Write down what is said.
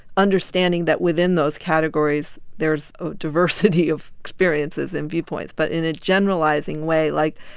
understanding that within those categories there's diversity of experiences and viewpoints but in a generalizing way, like,